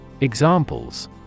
Examples